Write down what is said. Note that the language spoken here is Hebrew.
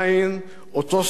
אותו "סמוך עלי",